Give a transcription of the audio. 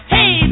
Hey